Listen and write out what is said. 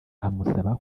amusaba